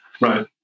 Right